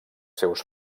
seus